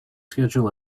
schedule